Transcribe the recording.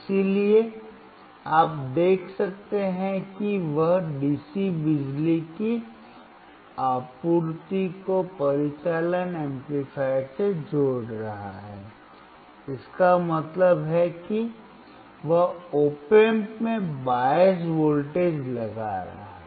इसलिए आप देख सकते हैं कि वह डीसी बिजली की आपूर्ति को परिचालन एम्पलीफायर से जोड़ रहा है इसका मतलब है कि वह op amp में बायस वोल्टेज लगा रहा है